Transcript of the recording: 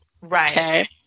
Right